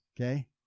Okay